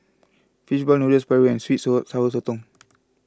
Fish Ball Noodles Paru and Sweet and Sour Sotong